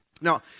Now